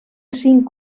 cinc